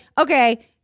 Okay